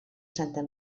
santa